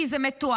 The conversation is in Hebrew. כי זה מתועד,